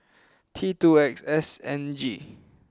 T two X S N G